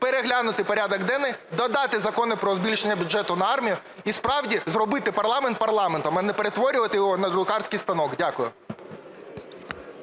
переглянути порядок денний, додати закони про збільшення бюджету на армію і справді зробити парламент парламентом, а не перетворювати його на друкарський станок. Дякую.